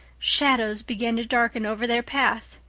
shadows began to darken over their path.